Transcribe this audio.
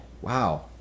Wow